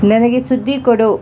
ನನಗೆ ಸುದ್ದಿ ಕೊಡು